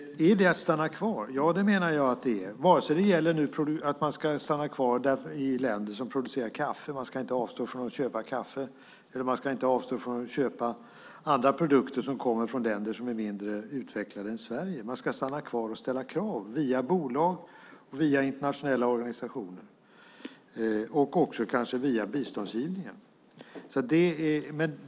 Ska man stanna kvar? Ja, det menar jag att man ska, om det så gäller att stanna kvar i länder som producerar kaffe. Man ska inte avstå från att köpa kaffe eller avstå från att köpa andra produkter som kommer från länder som är mindre utvecklade än Sverige, utan man ska stanna kvar och ställa krav - via bolag, via internationella organisationer och också kanske via biståndsgivningen.